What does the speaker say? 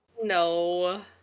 no